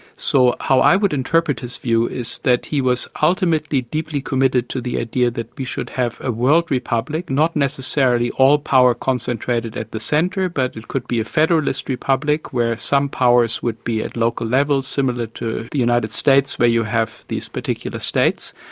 so, how i would interpret his view is that he was ultimately deeply committed to the idea that we should have a world republic, not necessarily all power concentrated at the centre, but it could be a federalist republic where some powers would be at local level, similar to the united states, where you have these particular states,